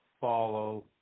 follow